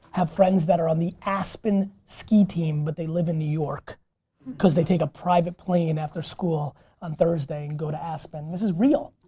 have friends that are on the aspen ski team but they live in new york because they take a private plane after school on thursday and go to aspen. this is real.